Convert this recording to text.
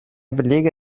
belege